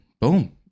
boom